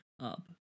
up